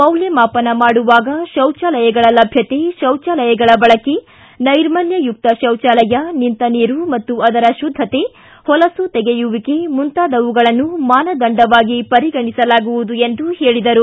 ಮೌಲ್ಯಮಾಪನ ಮಾಡುವಾಗ ಶೌಚಾಲಯಗಳ ಲಭ್ಯತೆ ಶೌಚಾಲಯಗಳ ಬಳಕೆ ನೈರ್ಮಲ್ಯಯುಕ್ತ ಶೌಚಾಲಯ ನಿಂತ ನೀರು ಮತ್ತು ಅದರ ಶುದ್ದತೆ ಹೊಲಸು ತೆಗೆಯುವಿಕೆ ಮುಂತಾದವುಗಳನ್ನು ಮಾನದಂಡವಾಗಿ ಪರಿಗಣಿಸಲಾಗುವುದು ಎಂದು ಹೇಳಿದರು